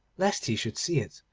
lest he should see it,